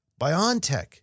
BioNTech